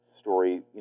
story